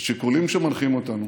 השיקולים שמנחים אותנו